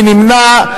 מי נמנע?